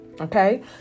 Okay